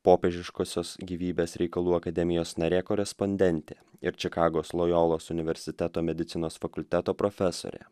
popiežiškosios gyvybės reikalų akademijos narė korespondentė ir čikagos lojolos universiteto medicinos fakulteto profesorė